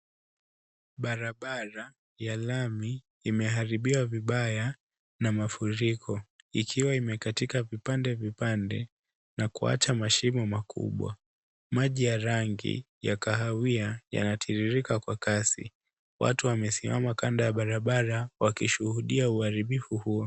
Barabara ya lami imeharibiwa vibaya na mafuriko, ikiwa imekatika vipande vipande, na kuwacha mashimo makubwa, maji ya rangi, ya kahawia yanatiririka kwa kasi, watu wamesimama kando ya barabara wakishuhudia uharibifu huo.